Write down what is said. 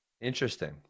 Interesting